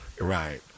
right